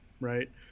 right